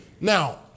now